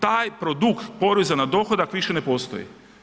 Taj produkt poreza na dohodak više ne postoji.